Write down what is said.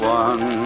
one